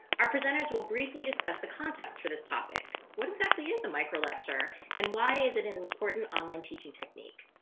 our presenters will briefly discuss the context for this topic. what exactly is a micro lecture and why is it an important online teaching technique?